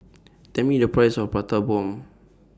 Tell Me The Price of Prata Bomb